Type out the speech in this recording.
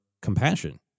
compassion